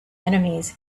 enemies